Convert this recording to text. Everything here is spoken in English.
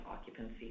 occupancy